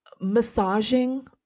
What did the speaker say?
massaging